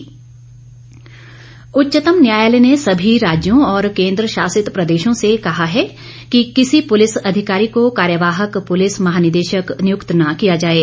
उच्चतम न्यायालय पुलिस सुधार उच्चतम न्यायालय ने सभी राज्यों और केन्द्रशासित प्रदेशों से कहा है कि किसी पुलिस अधिकारी को कार्यवाहक पुलिस महानिदेशक नियुक्त न किया जाये